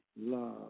love